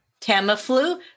Tamiflu